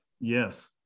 Yes